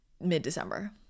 mid-December